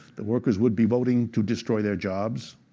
the workers would be voting to destroy their jobs,